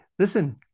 Listen